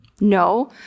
No